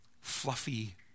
fluffy